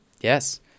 Yes